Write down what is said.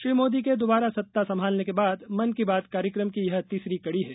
श्री मोदी के दोबारा सत्ता संभालने के बाद मन की बात कार्यक्रम की यह तीसरी कड़ी है